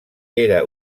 era